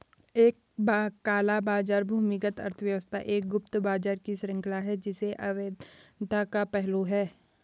एक काला बाजार भूमिगत अर्थव्यवस्था एक गुप्त बाजार की श्रृंखला है जिसमें अवैधता का पहलू है